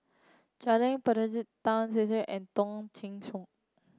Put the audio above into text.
Janil Tan and Ong Teng Koon